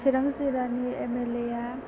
चिरां जिल्लानि M L A आ